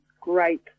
great